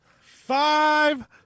Five